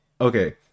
okay